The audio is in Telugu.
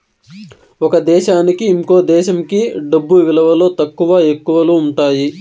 ఒక దేశానికి ఇంకో దేశంకి డబ్బు విలువలో తక్కువ, ఎక్కువలు ఉంటాయి